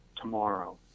tomorrow